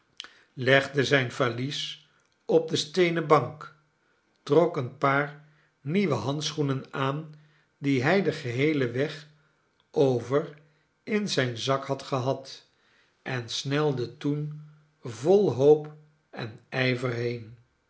legde zijn valies op de steenen bank trok een paar nieuwe handschoenen aan die hij den geheelen weg over in zijn zak had gehad en snelde toen vol hoop en ijver heen